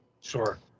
Sure